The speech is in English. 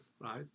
right